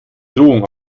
drohung